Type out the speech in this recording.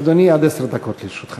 אדוני, עד עשר דקות לרשותך.